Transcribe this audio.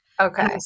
Okay